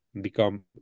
become